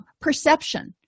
Perception